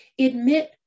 Admit